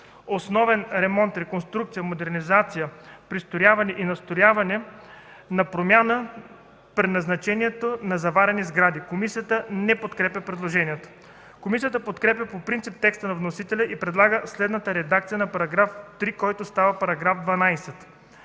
основен ремонт, реконструкция, модернизация, пристрояване и надстрояване и промяна на предназначението на заварени сгради.” Комисията не подкрепя предложението. Комисията подкрепя по принцип текста на вносителя и предлага следната редакция на § 3, който става § 12: „§ 12.